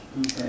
Okay